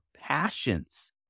passions